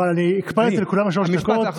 אבל אני הקפדתי עם כולם על שלוש דקות,